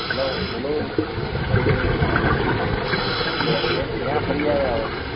hello બોલો એ કહું છું કે કેમ ક્યાં ફરી આવ્યા વળી